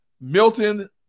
Milton